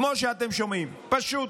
כמו שאתם שומעים, פשוט.